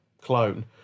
clone